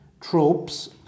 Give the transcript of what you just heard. tropes